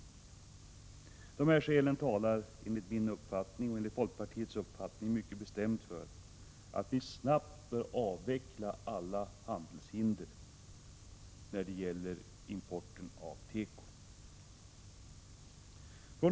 Dessa skäl talar enligt min och folkpartiets uppfattning mycket bestämt för att vi snabbt bör avveckla alla handelshinder när det gäller importen av tekovaror. Herr talman!